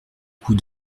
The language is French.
coup